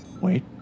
Wait